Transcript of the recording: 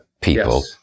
people